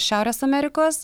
šiaurės amerikos